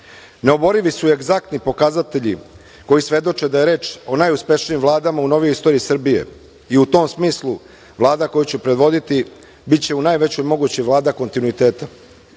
su egzaktni pokazatelji koji svedoče da je reč o najuspešnijim vladama u novijoj istoriji Srbije i u tom smislu, Vlada koju ću predvoditi biće u najvećoj mogućoj Vlada kontinuiteta,